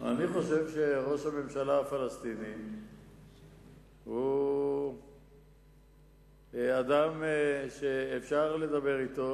אני חושב שראש הממשלה הפלסטיני הוא אדם שאפשר לדבר אתו